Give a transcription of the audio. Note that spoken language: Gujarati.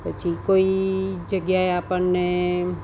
પછી કોઈ જગ્યાએ આપણને